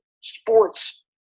sports